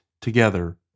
together